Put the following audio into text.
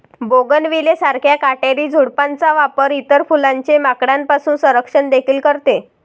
bougainvillea सारख्या काटेरी झुडपांचा वापर इतर फुलांचे माकडांपासून संरक्षण देखील करते